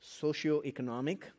socioeconomic